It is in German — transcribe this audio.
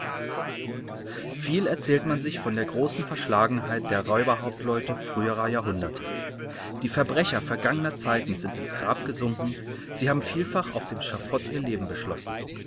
viel erzählt man sich von der großen verschlagenheit der raüberhauptleute früherer jahrhunderte die verbrecher vergangener zeiten sind ins grab gesunken sie habe vielfach auf dem schafott ihr leben beschlossen